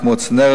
כמו צנרת,